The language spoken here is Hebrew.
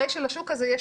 הרי שלשוק הזה,